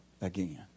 again